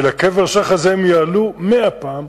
ולקבר שיח' הזה הם יעלו 100 פעם,